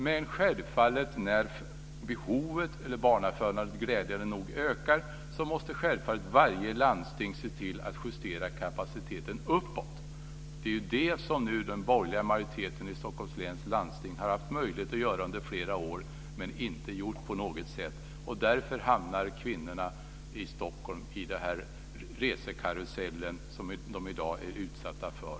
Men självfallet måste varje landsting se till att justera kapaciteten uppåt när barnafödandet glädjande nog ökar. Det är det som den borgerliga majoriteten i Stockholms läns landsting har haft möjlighet att göra under flera år men inte gjort, och därför hamnar kvinnorna i Stockholm i den resekarusell som de i dag är utsatta för.